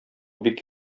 бик